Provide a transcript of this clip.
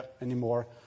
anymore